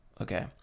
Okay